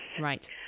Right